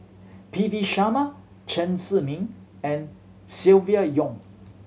P V Sharma Chen Zhiming and Silvia Yong